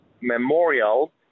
memorial